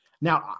Now